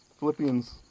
Philippians